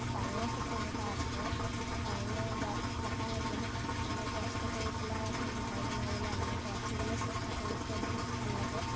ডাঙৰ সপোন এটা আছে সেইকাৰণে দা পাপাই বহুত মানে কষ্ট কৰি পেলাই এখন ঘৰ বনাবলৈ আমাক ৰাখিবলৈ চেষ্টা কৰিছে বহুত ভাল লাগে